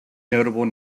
notable